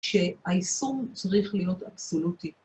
שהיישום צריך להיות אבסולוטי.